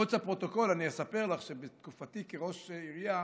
מחוץ לפרוטוקול אני אספר לך שבתקופתי כראש עירייה,